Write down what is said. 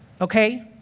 okay